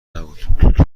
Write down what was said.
نبود